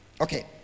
Okay